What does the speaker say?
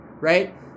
Right